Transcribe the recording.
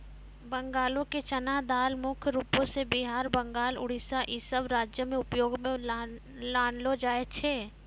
बंगालो के चना दाल मुख्य रूपो से बिहार, बंगाल, उड़ीसा इ सभ राज्यो मे उपयोग मे लानलो जाय छै